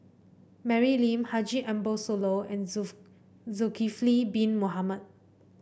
Mary Lim Haji Ambo Sooloh and Zulkifli Bin Mohamed